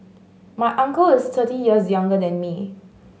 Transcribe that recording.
my uncle is thirty years younger than me